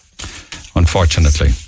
Unfortunately